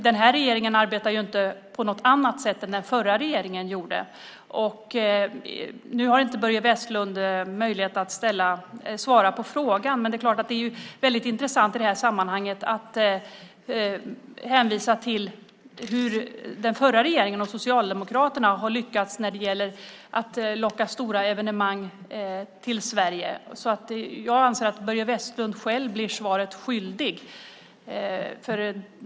Den här regeringen arbetar inte på annat sätt än den förra regeringen gjorde. Nu har Börje Vestlund inte någon möjlighet att svara på en fråga, men det är klart att det i det här sammanhanget är väldigt intressant att hänvisa till hur den förra regeringen och Socialdemokraterna lyckades när det gäller att locka stora evenemang till Sverige. Jag anser att Börje Vestlund själv blir svaret skyldig.